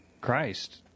Christ